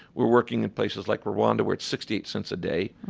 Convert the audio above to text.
we're working in places like rwanda where it's sixty eight cents a day.